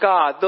God